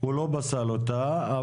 הוא לא פסל אותה,